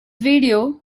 video